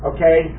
Okay